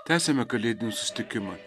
tęsiame kalėdinį susitikimą